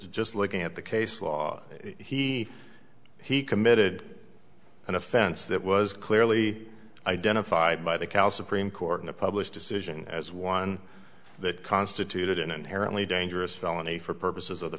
just looking at the case law he he committed an offense that was clearly identified by the cal supreme court in a published decision as one that constituted an inherently dangerous felony for purposes of the